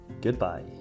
Goodbye